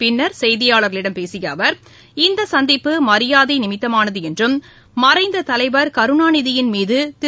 பின்னர் செய்தியாளர்களிடம் பேசிய அவர் இந்த சந்திப்பு மரியாதை நிமித்தமானது என்றும் மறைந்த தலைவர் கருணாநிதியின் மீது திரு